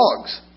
dogs